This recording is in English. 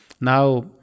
Now